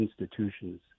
institutions